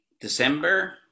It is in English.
December